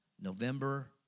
November